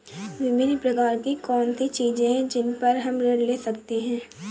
विभिन्न प्रकार की कौन सी चीजें हैं जिन पर हम ऋण ले सकते हैं?